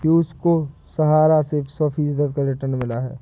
पियूष को सहारा से सौ फीसद का रिटर्न मिला है